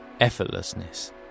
effortlessness